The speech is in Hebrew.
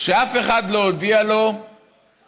שאף אחד לא הודיע לו שהדרך